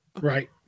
Right